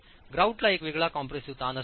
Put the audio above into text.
ग्रॉउटला एक वेगळा कॉम्प्रेसिव्ह ताण असेल